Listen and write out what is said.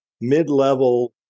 mid-level